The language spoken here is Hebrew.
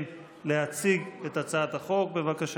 כעת להצעת חוק לפינוי